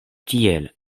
tiel